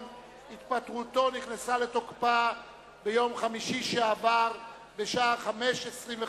נכנסה לתוקפה ביום חמישי שעבר בשעה 17:25,